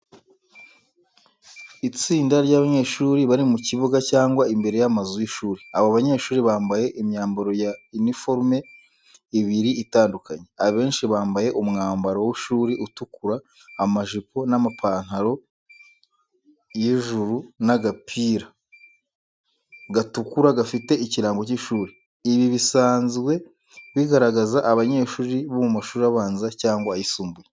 Itsinda ry'abanyeshuri bari mu kibuga cyangwa imbere y’amazu y’ishuri. Abo banyeshuri bambaye imyambaro ya uniforms ibiri itandukanye. Abenshi bambaye umwambaro w’ishuri utukura amajipo n'amapantalo y'ijuru n’agapira gatukura gafite ikirango cy’ishuri. Ibi bisanzwe bigaragaza abanyeshuri bo mu mashuri abanza cyangwa ayisumbuye.